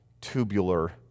tubular